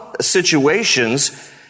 situations